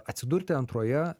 atsidurti antroje